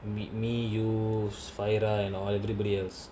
me me you fahira and all everybody else